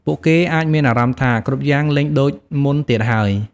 ពួកគេអាចមានអារម្មណ៍ថា គ្រប់យ៉ាងលែងដូចមុនទៀតហើយ។